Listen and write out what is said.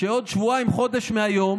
שבעוד שבועיים או חודש מהיום